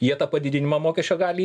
jie tą padidinimą mokesčio gali